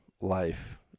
life